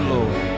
Lord